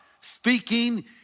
speaking